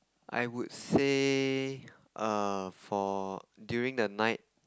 I would say err for during the night